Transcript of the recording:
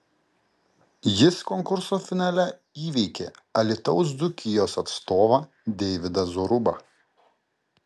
jis konkurso finale įveikė alytaus dzūkijos atstovą deividą zorubą